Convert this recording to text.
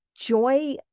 Joy